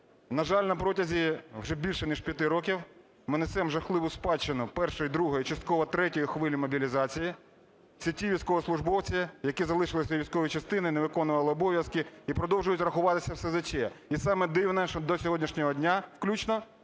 На жаль, на протязі вже більше ніж 5 років ми несемо жахливу спадщину першої, другої, частково третьої хвилі мобілізації, це ті військовослужбовці, які залишили свої військові частини, не виконували обов'язки і продовжують рахуватися в СЗЧ. І саме дивне, що до сьогоднішнього дня включно